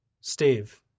Steve